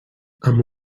amb